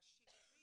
והשילובים.